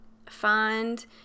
find